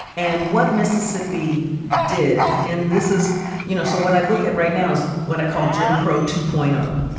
and what mississippi did and this is you know, so what i look at right now is what i called jim crow two point zero,